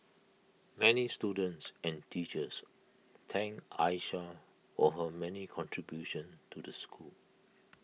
many students and teachers thanked Aisha for her many contributions to the school